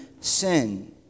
sin